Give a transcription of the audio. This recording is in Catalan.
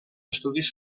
estudis